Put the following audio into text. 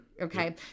Okay